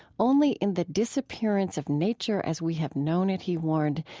only in the disappearance of nature as we have known it, he warned,